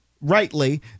rightly